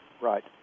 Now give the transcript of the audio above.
Right